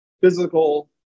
physical